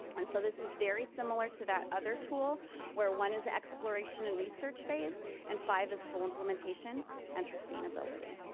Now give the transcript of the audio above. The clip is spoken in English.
and so this is very similar to that other tool where one is exploration and research phase and five is full implementation and sustainability.